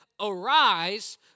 Arise